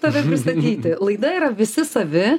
tave sustabdyti laida yra visi savi